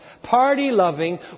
Party-loving